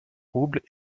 roubles